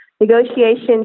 negotiation